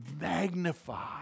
magnify